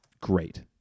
Great